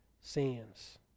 sins